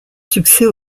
succès